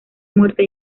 muerta